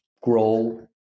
grow